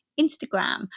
Instagram